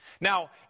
Now